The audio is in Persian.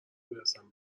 برسم